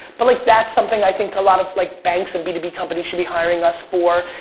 but, like that's something i think a lot of, like, banks and b two b companies should be hiring us for,